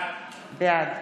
בעד